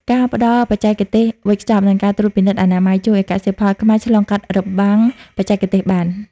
ការផ្ដល់បច្ចេកទេសវេចខ្ចប់ និងការត្រួតពិនិត្យអនាម័យ ជួយឱ្យកសិផលខ្មែរឆ្លងកាត់របាំងបច្ចេកទេសបាន។